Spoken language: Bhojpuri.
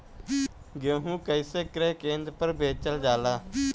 गेहू कैसे क्रय केन्द्र पर बेचल जाला?